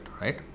right